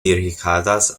dirigidas